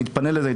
אני אתפנה לזה,